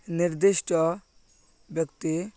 ନିର୍ଦ୍ଦିଷ୍ଟ ବ୍ୟକ୍ତି